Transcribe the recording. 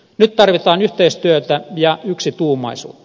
nyt tarvitaan yhteistyötä ja yksituumaisuutta